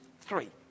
Three